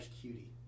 cutie